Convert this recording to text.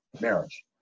marriage